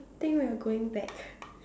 think we are going back